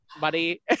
buddy